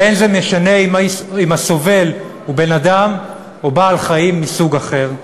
ולא משנה אם הסובל הוא בן-אדם או בעל-חיים מסוג אחר.